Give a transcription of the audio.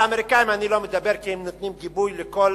על האמריקנים אני לא מדבר, כי הם נותנים גיבוי לכל